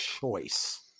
choice